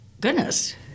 Goodness